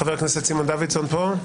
חבר הכנסת סימון דוידסון פה?